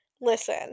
listen